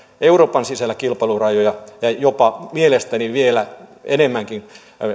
euroopan sisällä kilpailurajoja ja olla jopa mielestäni vielä enemmänkin